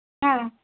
ಹಾಂ